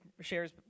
shares